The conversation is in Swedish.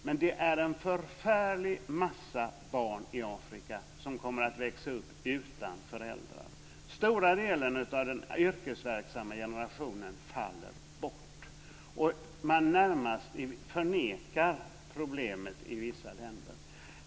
Men det är en förfärligt massa barn i Afrika som kommer att växa upp utan föräldrar. Stora delen av den yrkesverksamma generationen faller bort. I vissa länder förnekar man närmast problemet.